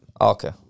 Okay